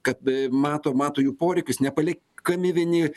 kad mato mato jų poreikius nepaliek kami vieni